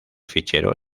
fichero